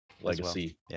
Legacy